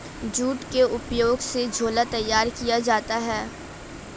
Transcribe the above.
jute के उपयोग से झोला तैयार किया जाता है